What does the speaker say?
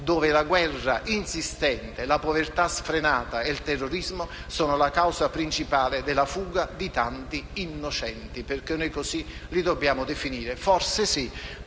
cui la guerra insistente, la povertà sfrenata e il terrorismo sono la causa principale della fuga di tanti innocenti (è così che li dobbiamo definire). Forse è